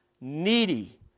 needy